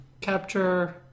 capture